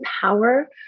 power